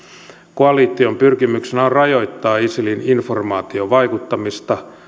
koalition pyrkimyksenä on rajoittaa isilin informaatiovaikuttamista